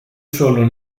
solo